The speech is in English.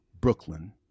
Brooklyn